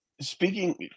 Speaking –